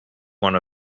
one